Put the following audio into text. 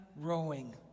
rowing